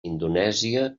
indonèsia